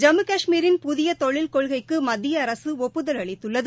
ஜம்மு கஷ்மீரின் புதிய தொழில் கொள்கைக்கு மத்திய அரசு ஒப்புதல் அளித்துள்ளது